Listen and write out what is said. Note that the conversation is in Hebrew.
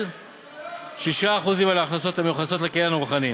של 6% על ההכנסות המיוחסות לקניין הרוחני,